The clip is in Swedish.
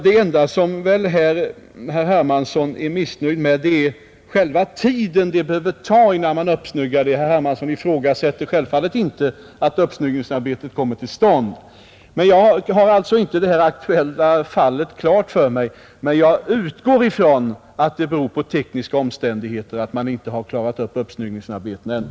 Det enda herr Hermansson är missnöjd med är väl själva den tid det behöver ta innan uppsnyggningen utföres. Herr Hermansson ifrågasätter ju inte heller att uppsnyggningsarbetet kommer till stånd. Jag har alltså inte detta aktuella fall klart för mig, men jag utgår från att det beror på tekniska omständigheter att man inte ännu har klarat av uppsnyggningsarbetena.